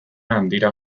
handira